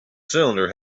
cylinder